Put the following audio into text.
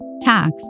tax